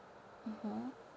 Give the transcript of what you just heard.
mmhmm